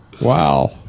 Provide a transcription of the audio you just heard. wow